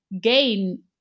gain